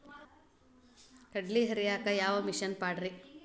ಕಡ್ಲಿ ಹರಿಯಾಕ ಯಾವ ಮಿಷನ್ ಪಾಡ್ರೇ?